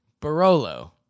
Barolo